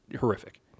horrific